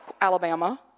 Alabama